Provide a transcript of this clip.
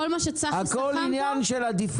כל מה שצחי סכם פה --- הכול עניין של עדיפות.